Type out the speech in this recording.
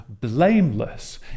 blameless